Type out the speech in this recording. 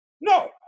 No